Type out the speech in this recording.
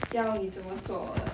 教你怎么做 like